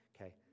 okay